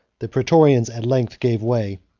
the praetorians, at length, gave way,